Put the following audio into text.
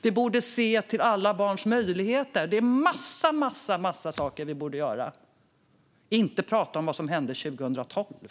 Vi borde se till alla barns möjligheter. Det är en massa saker vi borde göra, men till dem hör inte att prata om vad som hände 2012.